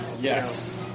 Yes